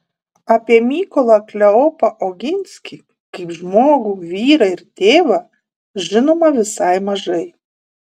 apie mykolą kleopą oginskį kaip žmogų vyrą ir tėvą žinoma visai mažai